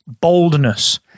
boldness